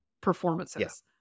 performances